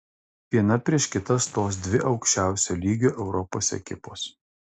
viena prieš kitą stos dvi aukščiausio lygio europos ekipos